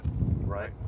Right